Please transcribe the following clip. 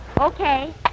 Okay